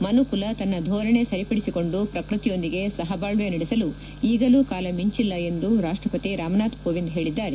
ಮನು ಕುಲ ತನ್ನ ಧೋರಣೆ ಸರಿಪಡಿಸಿಕೊಂಡು ಪ್ರಕೃತಿಯೊಂದಿಗೆ ಸಹಬಾಳ್ವೆ ನಡಸಲು ಈಗಲೂ ಕಾಲ ಮಿಂಚಿಲ್ಲ ಎಂದು ರಾಷ್ಷಪತಿ ರಾಮನಾಥ್ ಕೋವಿಂದ್ ಹೇಳಿದ್ದಾರೆ